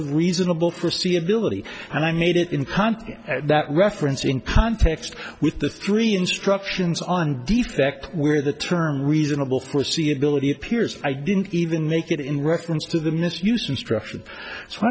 the reasonable for see ability and i made it in that reference in context with the three instructions on defect where the term reasonable foreseeability appears i didn't even make it in reference to the misuse instruction so i